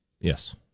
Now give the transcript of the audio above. Yes